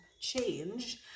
change